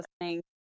listening